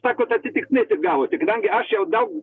sakot atsitiktinai taip gavosi kadangi aš jau daug